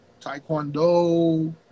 taekwondo